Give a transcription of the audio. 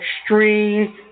Extreme